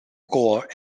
gore